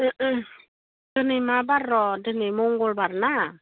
दिनै मा बार र' दिनै मंगलबार ना